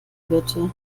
bitte